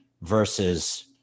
versus